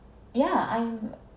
yeah I'm